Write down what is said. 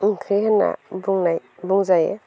ओंख्रि होन्ना बुंजायो